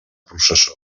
processó